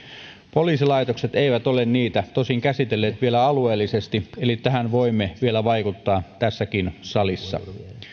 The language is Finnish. poliisilaitokset eivät ole niitä tosin käsitelleet vielä alueellisesti eli tähän voimme vielä vaikuttaa tässäkin salissa